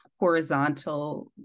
horizontal